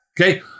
Okay